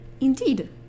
Indeed